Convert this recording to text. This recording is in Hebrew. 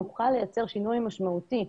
נוכל לייצר שינוי משמעותי.